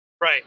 Right